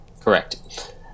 Correct